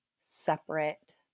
separate